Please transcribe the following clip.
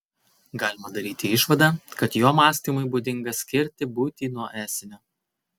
galima daryti išvadą kad jo mąstymui būdinga skirti būtį nuo esinio